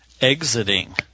Exiting